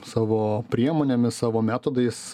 savo priemonėmis savo metodais